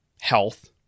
health